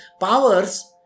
powers